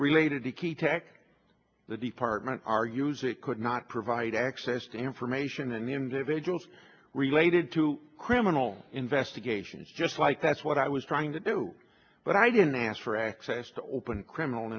related to key tech the department argues it could not provide access to information and individuals related to criminal investigations just like that's what i was trying to do but i didn't ask for access to open criminal